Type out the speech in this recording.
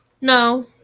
No